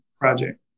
project